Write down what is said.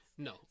No